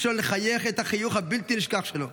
ראשון לחייך את החיוך הבלתי-נשכח שלו.